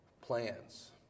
plans